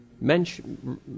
mention